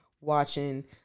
watching